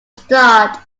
start